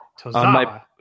Tozawa